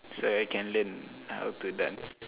so I can learn how to dance